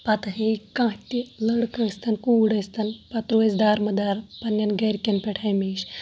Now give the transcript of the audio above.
پَتہٕ ہیٚیہِ کانٛہہ تہِ لٔڑکہٕ ٲسۍ تَن کوٗر ٲسۍ تَن پَتہٕ روزِ دارمُدار پنٛنٮ۪ن گَرِکٮ۪ن پٮ۪ٹھ ہمیشہِ